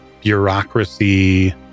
bureaucracy